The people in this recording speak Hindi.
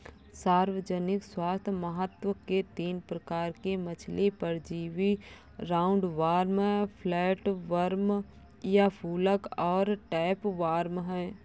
सार्वजनिक स्वास्थ्य महत्व के तीन प्रकार के मछली परजीवी राउंडवॉर्म, फ्लैटवर्म या फ्लूक और टैपवार्म है